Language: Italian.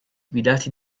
guidati